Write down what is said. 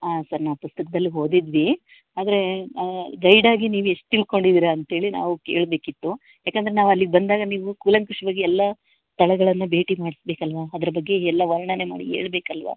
ಹಾಂ ಸರ್ ನಾವು ಪುಸ್ತಕ್ದಲ್ಲಿ ಓದಿದ್ವಿ ಆದರೆ ಗೈಡ್ ಆಗಿ ನೀವು ಎಷ್ಟು ತಿಳ್ಕೊಂಡಿದ್ದೀರ ಅಂತ್ಹೇಳಿ ನಾವು ಕೇಳಬೇಕಿತ್ತು ಯಾಕಂದರೆ ನಾವು ಅಲ್ಲಿಗೆ ಬಂದಾಗ ನೀವು ಕೂಲಂಕಷ್ವಾಗಿ ಎಲ್ಲ ಸ್ಥಳಗಳನ್ನು ಭೇಟಿ ಮಾಡಿಸ್ಬೇಕಲ್ವ ಅದ್ರ ಬಗ್ಗೆ ಹೀಗೆಲ್ಲ ವರ್ಣನೆ ಮಾಡಿ ಹೇಳ್ಬೇಕಲ್ವ